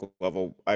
level